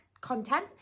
content